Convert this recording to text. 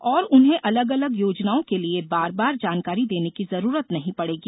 और उन्हें अलग अलग योजना के लिए बार बार जानकारी देने की जरूरत नहीं पड़ेगी